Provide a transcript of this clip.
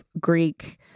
Greek